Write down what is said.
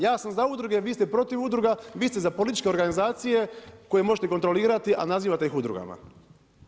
Ja sam za udruge, vi ste protiv udruga, vi ste za političke organizacije koje možete kontrolirati a nazivate ih udrugama.